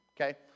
Okay